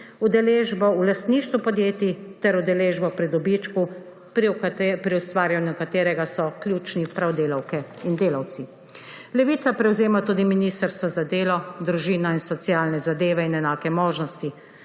udeležbo v lastništvu podjetij ter udeležbo pri dobičku, pri ustvarjanju katerega so ključni prav delavke in delavci. Levica prevzema tudi Ministrstvo za delo, družino in socialne zadeve in enake možnosti.